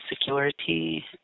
security